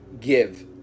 give